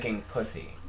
pussy